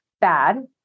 bad